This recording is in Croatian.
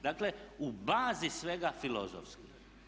Dakle, u bazi svega filozofski.